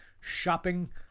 shopping